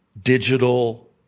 digital